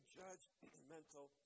judgmental